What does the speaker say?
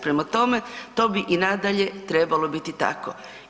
Prema tome, to bi i nadalje trebalo biti tako.